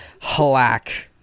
halak